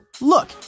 look